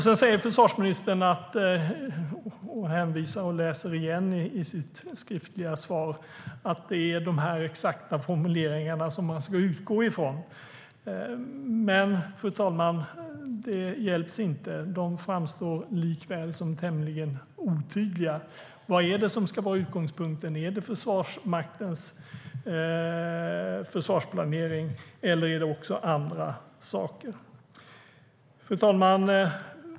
Sedan säger försvarsministern - och läser igen från sitt skriftliga svar - att det är de här exakta formuleringarna som man ska utgå från. Men, fru talman, det hjälps inte. De framstår likväl som tämligen otydliga. Vad är det som ska vara utgångspunkten? Är det Försvarsmaktens försvarsplanering, eller är det också andra saker? Fru talman!